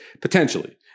Potentially